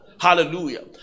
Hallelujah